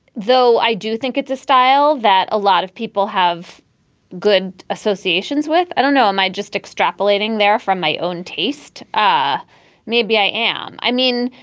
though. i do think it's a style that a lot of people have good associations with. i don't know. am i just extrapolating there from my own taste? ah maybe i am. i mean,